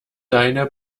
deine